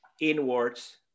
inwards